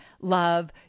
love